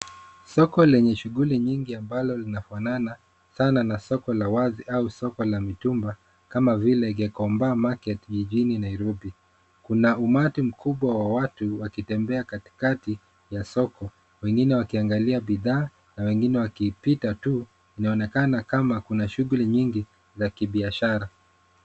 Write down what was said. Soko lenye shughuli nyingi ambalo linafanana sana na soko la wazi au soko la mitumba, kama vile Gikomba market jijini Nairobi. Kuna umati mkubwa wa watu, wakitembea katikati ya soko, wengine wakiangalia bidhaa, na wengine wakipita tu. Inaonekana kama kuna shughuli nyingi za kibiashara.